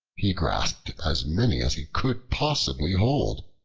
he grasped as many as he could possibly hold,